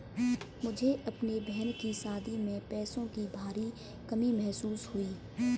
मुझे अपने बहन की शादी में पैसों की भारी कमी महसूस हुई